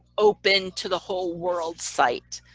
open to the whole world site